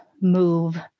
move